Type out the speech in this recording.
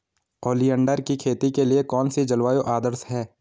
Oleander की खेती के लिए कौन सी जलवायु आदर्श है?